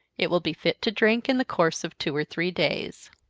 it will be fit to drink in the course of two or three days.